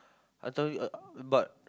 I tell you uh but